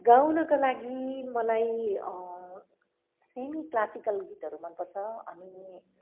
गाउनका लागि मलाई semi classical गीतहरू मनपर्छ अनि